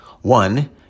One